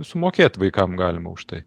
sumokėt vaikam galima už tai